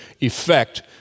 effect